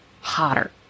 hotter